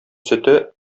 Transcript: сөте